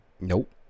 Nope